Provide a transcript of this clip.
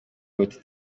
buti